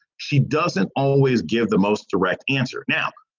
she doesn't always give the most direct answer. now,